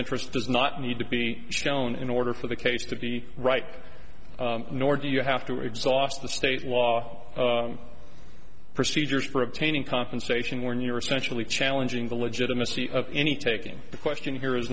interest does not need to be shown in order for the case to be right nor do you have to exhaust the state's law procedures for obtaining compensation when you're essentially challenging the legitimacy of any taking the question here is